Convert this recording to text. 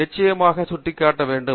நாம் நிச்சயமாக சுட்டிக்காட்ட வேண்டும்